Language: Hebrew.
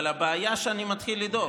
אבל הבעיה היא שאני מתחיל לדאוג,